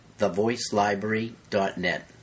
thevoicelibrary.net